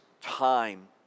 time